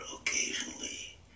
occasionally